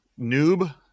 Noob